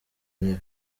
intebe